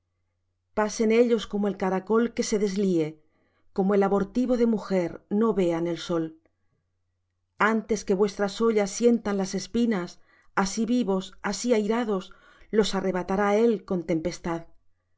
pasen ellos como el caracol que se deslíe como el abortivo de mujer no vean el sol antes que vuestras ollas sientan las espinas así vivos así airados los arrebatará él con tempestad